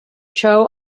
cho